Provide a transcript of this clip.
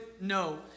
No